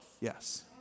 Yes